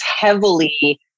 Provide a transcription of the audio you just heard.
heavily